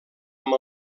amb